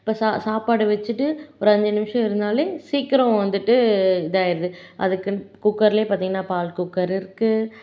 இப்போ சா சாப்பாடு வச்சுட்டு ஒரு அஞ்சு நிமிஷம் இருந்தாலே சீக்கிரம் வந்துட்டு இதாயிடுது அதுக்குன்னு குக்கர்லேயே பார்த்தீங்கன்னா பால் குக்கர் இருக்குது